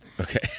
Okay